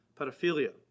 pedophilia